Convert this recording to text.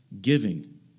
Giving